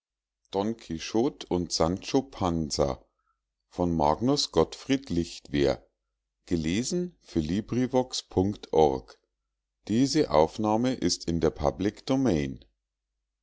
magnus gottfried lichtwer